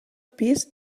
pis